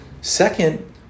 Second